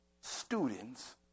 students